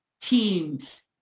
teams